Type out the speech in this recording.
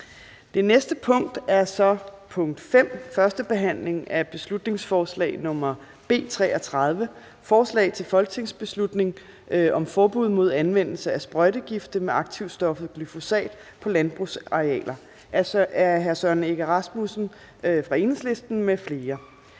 (Fremsættelse 26.11.2019). 5) 1. behandling af beslutningsforslag nr. B 33: Forslag til folketingsbeslutning om forbud mod anvendelse af sprøjtegifte med aktivstoffet glyfosat på landbrugsarealer. Af Søren Egge Rasmussen (EL) m.fl.